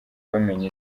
bamenya